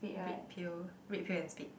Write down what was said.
red pail red pail and spade